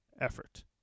effort